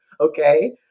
okay